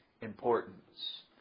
importance